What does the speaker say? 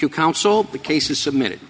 you counsel the case is submitted